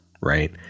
right